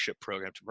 program